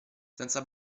senza